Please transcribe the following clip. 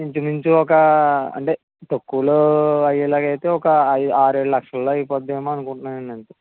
ఇంచుమించు ఒక అంటే తక్కువలో అయ్యేలాగా అయితే ఒక ఆరు ఏడు లక్షల్లో అయిపొద్దెమ్మో అనుకుంటున్నానండి అంతే